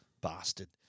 Bastard